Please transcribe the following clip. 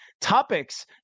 topics